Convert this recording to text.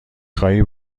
خواهی